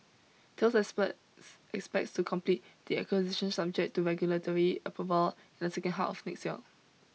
Tales expects expects to complete the acquisition subject to regulatory approval in the second half of next year